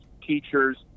teachers